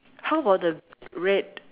how about the red